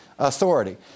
authority